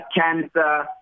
cancer